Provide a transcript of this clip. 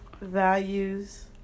values